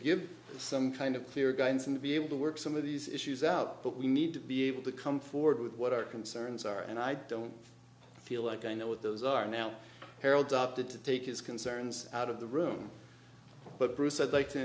give some kind of clear guidance and to be able to work some of these issues out but we need to be able to come forward with what our concerns are and i don't feel like i know what those are now harold opted to take his concerns out of the room but bruce i'd like to